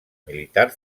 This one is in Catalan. militar